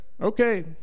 Okay